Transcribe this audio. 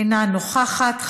אינה נוכחת.